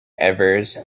evers